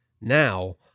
Now